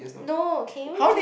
no can you just